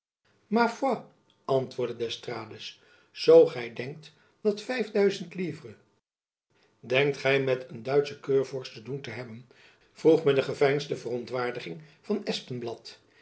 antwoordde d'estrades zoo gy denkt dat vijf duizend livres denkt gy met een duitschen keurvorst te doen te hebben vroeg met een geveinsde verontwaardiging van